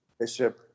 bishop